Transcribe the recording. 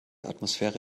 atmosphäre